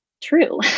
true